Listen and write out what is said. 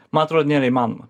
man atrodo nėra įmanoma